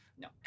no